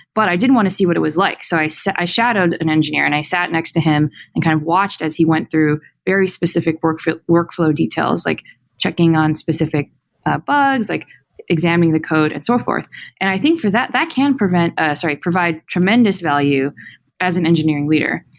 but i did want to see what it was like. so i shadowed an engineer and i sat next to him and kind of watched as he went through very specific workflow workflow details, like checking on specific bugs, like examining the code and so forth and i think for that that can prevent ah sorry, provide tremendous value as an engineering leader,